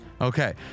Okay